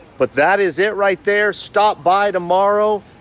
but that is it, right there. stop by tomorrow,